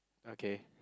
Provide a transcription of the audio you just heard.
okay